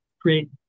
great